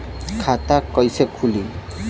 खाता कईसे खुली?